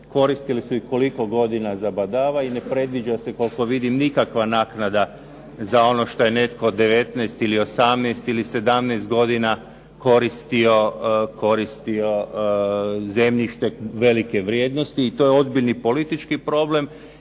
koristili su ih koliko godina za badava i ne predviđa se koliko vidim nikakva naknada za ono što je netko 19, 18 ili 17 godina koristio zemljište velike vrijednosti i to je ozbiljni politički problem